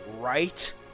right